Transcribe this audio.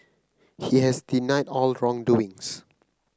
he has denied all wrongdoings